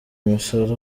umusore